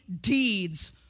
deeds